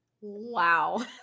Wow